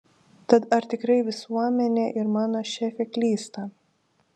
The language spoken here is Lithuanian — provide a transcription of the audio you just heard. tad ar tikrai visuomenė ir mano šefė klysta